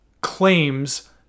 claims